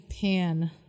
pan